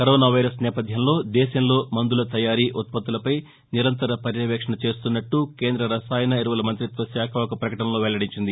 corona virus నేపథ్యంలో దేశంలో మందుల తయారీ ఉత్పత్తులపై నిరంతర పర్యవేక్షణ చేస్తున్నట్ట కేంద్ర రసాయన ఎరువుల మంతిత్వ శాఖ ఒక ప్రకటనలో వెల్లడించింది